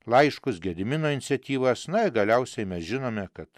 laiškus gedimino iniciatyvas na ir galiausiai mes žinome kad